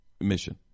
mission